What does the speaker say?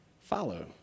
follow